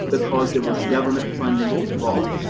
because there was government funding involved.